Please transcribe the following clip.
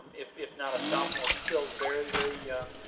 if if not a sophomore, still very, very young.